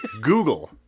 Google